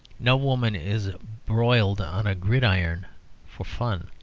no woman is broiled on a gridiron for fun.